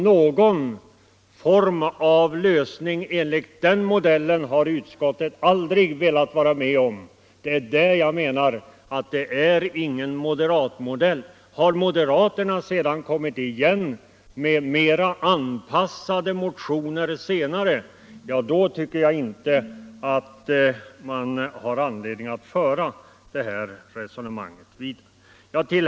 Någon form av lösning enligt den modellen har utskottet aldrig velat vara med om. Det är därför jag menar att det inte är fråga om någon moderatmodell. Har moderaterna senare kommit igen med mera anpassade motioner, då tycker jag inte att man har anledning att föra detta resonemang vidare.